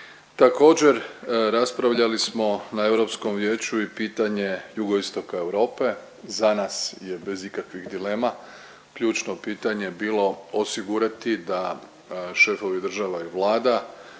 Također, raspravljali smo na Europskom vijeću i pitanje jugoistoka Europe. Za nas je bez ikakvih dilema ključno pitanje bilo osigurati da šefovi država i vlada